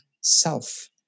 self